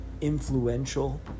influential